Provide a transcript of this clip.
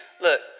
look